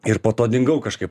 ir po to dingau kažkaip